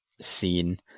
scene